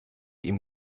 ihm